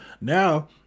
Now